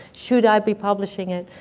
should i be publishing it?